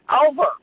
over